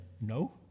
No